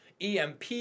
EMP